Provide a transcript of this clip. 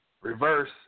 Reverse